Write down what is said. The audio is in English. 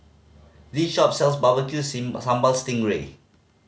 this shop sells barbecue sambal sting ray